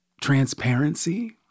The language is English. transparency